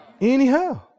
Anyhow